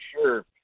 sure